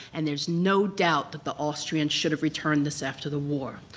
and there's no doubt that the austrians should have returned this after the war.